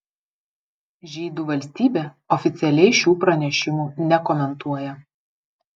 žydų valstybė oficialiai šių pranešimų nekomentuoja